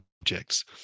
objects